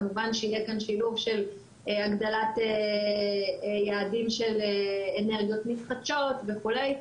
כמובן שיהיה כאן שילוב של הגדלת יעדים של אנרגיות מתחדשות וכולי,